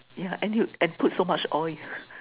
yeah and you and put so much oil